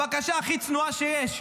הבקשה הכי צנועה שיש,